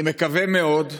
אני מקווה מאוד,